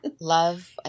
Love